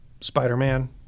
Spider-Man